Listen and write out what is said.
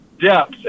depth